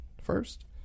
first